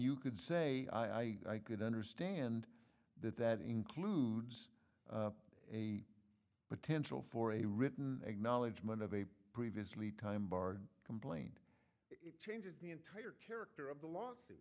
you could say i could understand that that includes a potential for a written acknowledgment of a previously time bar complaint it changes the entire character of the lawsuit